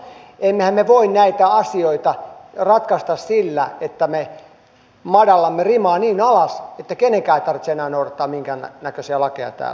emmehän me voi näitä asioita ratkaista sillä että me madallamme rimaa niin alas että kenenkään ei tarvitse enää noudattaa minkäännäköisiä lakeja täällä